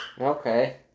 Okay